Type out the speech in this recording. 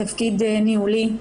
בתפקיד ניהולי.